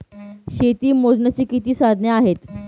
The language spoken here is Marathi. शेती मोजण्याची किती साधने आहेत?